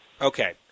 Okay